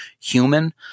human